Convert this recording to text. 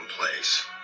place